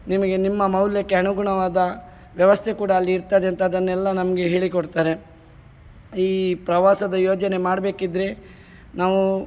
ನಿಮಗೆ ನಿಮ್ಮ ಮೌಲ್ಯಕ್ಕೆ ಅನುಗುಣವಾದ ವ್ಯವಸ್ಥೆ ಕೂಡ ಅಲ್ಲಿ ಇರ್ತದೆಂತ ಅದನ್ನೆಲ್ಲ ನಮಗೆ ಹೇಳಿಕೊಡ್ತಾರೆ ಈ ಪ್ರವಾಸದ ಯೋಜನೆ ಮಾಡಬೇಕಿದ್ರೆ ನಾವು